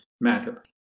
matter